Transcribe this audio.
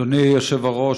אדוני היושב-ראש,